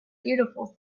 beautiful